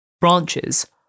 branches